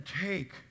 take